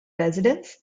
residents